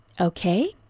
okay